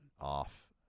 off